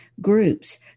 groups